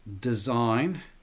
design